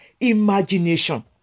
imagination